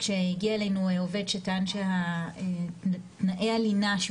כשהגיע אלינו עובד שטען שתנאי הלינה שהוא